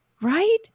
right